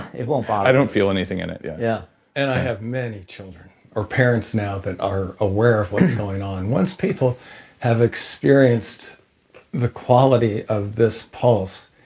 it won't bother ah it i don't feel anything in it yeah yeah and i have many children or parents now that are aware of what's going on. once people have experienced the quality of this pulse,